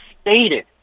stated